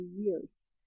years